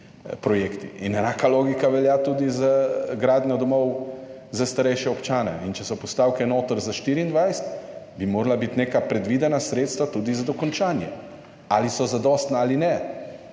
Enaka logika velja tudi za gradnjo domov za starejše občane. Če so postavke notri za 2024, bi morala biti neka predvidena sredstva tudi za dokončanje. Ali so zadostna ali ne,